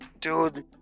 Dude